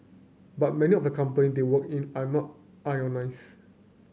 but many of the company they work in are not unionised